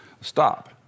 Stop